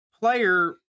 Player